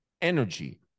energy